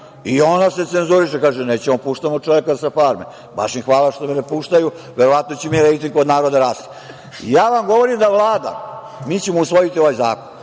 i ona se cenzuriše, kažu – nećemo da puštamo čoveka sa farme. Baš im hvala što me ne puštaju, verovatno će mi rejting kod naroda rasti. Ja vam govorim da Vlada, mi ćemo usvoji ovaj zakon,